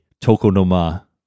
Tokonoma